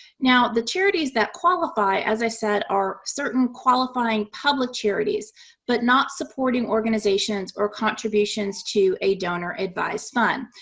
now, the charities that qualify, as i said, are certain qualifying public charities but not supporting organizations or contributions to a donor-advised fund.